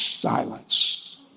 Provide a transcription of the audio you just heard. Silence